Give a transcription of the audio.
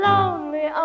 Lonely